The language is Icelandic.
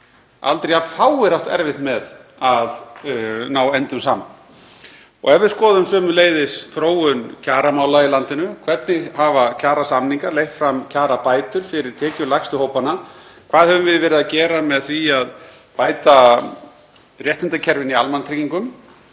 aldrei jafn fáir átt erfitt með að ná endum saman. Ef við skoðum sömuleiðis þróun kjaramála í landinu, hvernig hafa kjarasamningar leitt fram kjarabætur fyrir tekjulægstu hópana? Hvað höfum við verið að gera með því að bæta réttindakerfin í almannatryggingum?